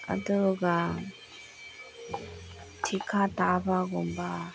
ꯑꯗꯨꯒ ꯊꯤꯈꯥ ꯇꯥꯕꯒꯨꯝꯕ